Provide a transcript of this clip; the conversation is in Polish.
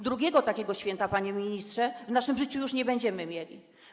Drugiego takiego święta, panie ministrze, w naszym życiu już nie będziemy mieli.